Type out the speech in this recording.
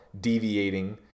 deviating